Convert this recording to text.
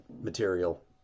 material